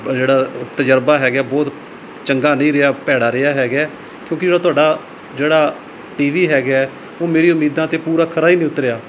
ਜਿਹੜਾ ਤਜ਼ਰਬਾ ਹੈਗਾ ਬਹੁਤ ਚੰਗਾ ਨਹੀਂ ਰਿਹਾ ਭੈੜਾ ਰਿਹਾ ਹੈਗਾ ਕਿਉਂਕਿ ਉਹ ਤੁਹਾਡਾ ਜਿਹੜਾ ਟੀ ਵੀ ਹੈਗਾ ਉਹ ਮੇਰੀ ਉਮੀਦਾਂ 'ਤੇ ਪੂਰਾ ਖਰਾ ਹੀ ਨਹੀਂ ਉਤਰਿਆ